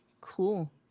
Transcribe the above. Cool